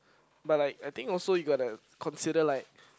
but I I think also you got the consider like